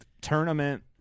tournament